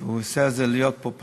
שהוא עושה את זה כדי להיות פופולרי,